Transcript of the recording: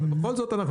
אבל בכל זאת,